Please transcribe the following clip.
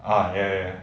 ah ya ya ya